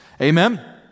Amen